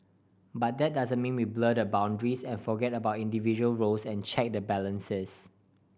but that doesn't mean we blur the boundaries and forget about individual roles and check the balances